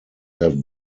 have